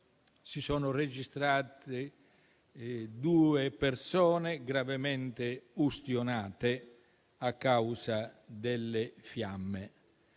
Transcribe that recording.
si sono registrate due persone gravemente ustionate a causa delle fiamme.